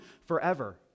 forever